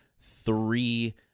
three